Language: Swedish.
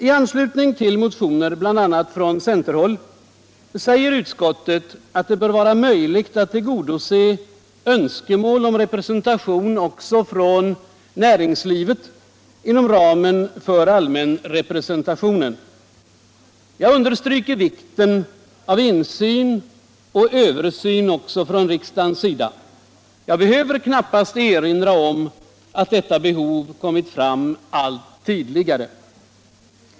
I anslutning till motioner, bl.a. från centerhåll, säger utskottet att det bör vara möjligt att tillgodose önskemål om representation också för näringslivet inom ramen för allmänrepresentationen. Jag understryker vikten av insyn och översyn också från riksdagens sida. Jag behöver knappast erinra om att detta behov kommit fram allt tydligare.